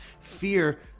fear